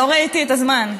לא ראיתי את הזמן.